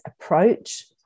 approach